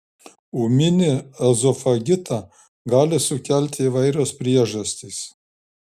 ūminį ezofagitą gali sukelti įvairios priežastys